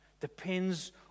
Depends